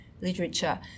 literature